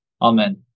Amen